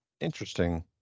Interesting